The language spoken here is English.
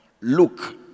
look